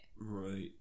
right